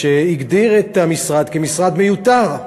שהגדיר את המשרד כמשרד מיותר,